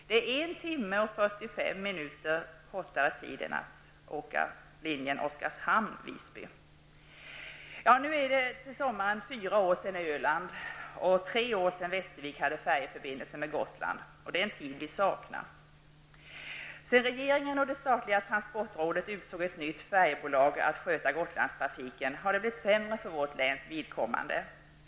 Det tar en timme och fyrtiofem minuter kortare tid än att åka linjen Till sommaren är det fyra år sedan Öland och tre år sedan Västervik hade färjeförbindelse med Gotland. Vi saknar den tiden. Sedan regeringen och det statliga transportrådet utsåg ett nytt färjebolag att sköta Gotlandstrafiken har det blivit sämre för vårt läns vidkommande.